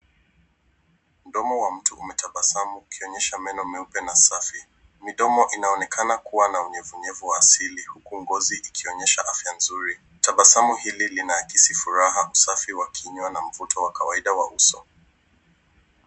Mdomo wa mtu umetabasamu ukionyesha meno meupe na safi. Midomo inaonekana kuwa na unyevunyevu wa asili huku ngozi ikionyesha afya nzuri. Tabasamu hili linaakisi furaha, usafi wa kinywa na mvuto wa kawaida wa uso.